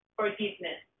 forgiveness